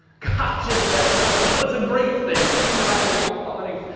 gosh, isn't that terrible? no, it's a great thing. that means we're not going to come plummeting